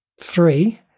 three